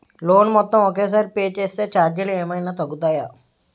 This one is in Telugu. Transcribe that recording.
లోన్ మొత్తం ఒకే సారి పే చేస్తే ఛార్జీలు ఏమైనా తగ్గుతాయా?